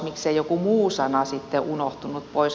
miksei jokin muu sana sitten unohtunut pois